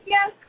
Yes